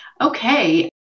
Okay